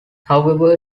however